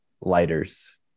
lighters